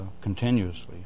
continuously